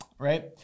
Right